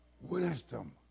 Wisdom